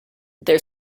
their